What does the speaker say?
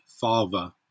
father